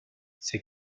c’est